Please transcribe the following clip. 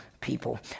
people